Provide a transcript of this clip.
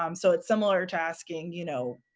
um so it's similar to asking, you know,